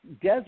Des